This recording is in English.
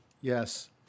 Yes